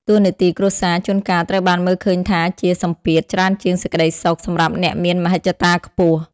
តួនាទីគ្រួសារជួនកាលត្រូវបានមើលឃើញថាជា "សម្ពាធ" ច្រើនជាង "សេចក្តីសុខ" សម្រាប់អ្នកមានមហិច្ឆតាខ្ពស់។